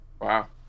Wow